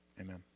Amen